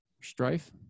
strife